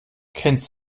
kennst